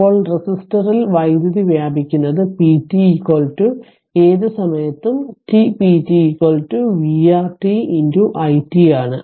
ഇപ്പോൾ റെസിസ്റ്ററിൽ വൈദ്യുതി വ്യാപിക്കുന്നത് p t ഏത് സമയത്തും t p t vR t i t ആണ്